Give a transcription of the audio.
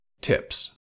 tips